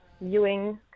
viewing